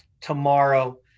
tomorrow